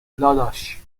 دادش